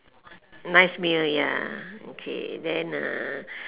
nice meal ya okay then uh